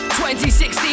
2016